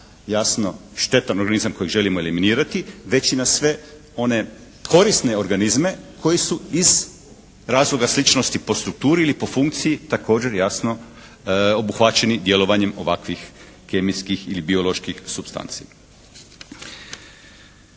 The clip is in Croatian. jasno štetan organizam kojeg želimo eliminirati već i na sve one korisne organizme koji su iz razloga sličnosti po strukturi ili po funkciji također jasno obuhvaćeni djelovanjem ovakvih kemijskih ili bioloških supstanci.